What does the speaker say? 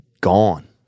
gone